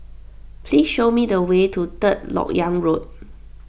please show me the way to Third Lok Yang Road